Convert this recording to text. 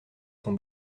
son